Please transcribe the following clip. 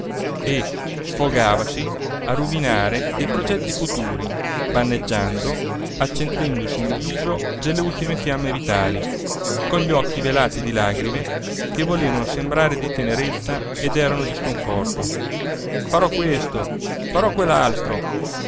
e sfogavasi a ruminare dei progetti futuri vaneggiando accendendosi in viso delle ultime fiamme vitali con gli occhi velati di lagrime che volevano sembrare di tenerezza ed erano di sconforto farò questo farò